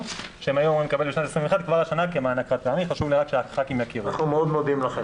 שהם היו אמורים לקבל בשנת 2021. אנחנו מאוד מודים לכם.